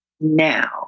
now